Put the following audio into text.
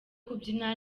kubyina